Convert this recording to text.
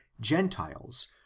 Gentiles